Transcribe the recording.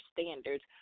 standards